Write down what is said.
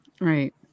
Right